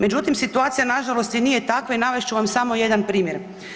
Međutim, situacija nažalost i nije takva i navest ću vam samo jedan primjer.